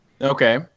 Okay